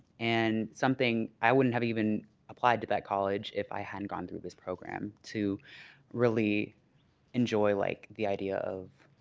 and something i wouldn't have even applied to that college if i hadn't gone through this program to really enjoy like the idea of